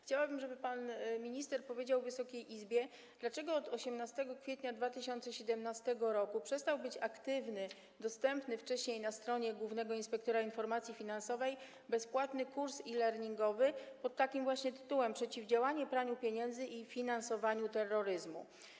Chciałabym, żeby pan minister powiedział Wysokiej Izbie, dlaczego od 18 kwietnia 2017 r. przestał być aktywny, dostępny wcześniej na stronie głównego inspektora informacji finansowej, bezpłatny kurs e-learningowy pod takim właśnie tytułem - „Przeciwdziałanie praniu pieniędzy i finansowaniu terroryzmu”